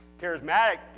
Charismatic